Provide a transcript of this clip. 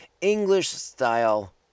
English-style